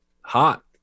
hot